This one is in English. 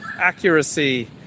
accuracy